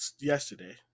yesterday